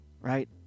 right